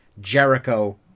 Jericho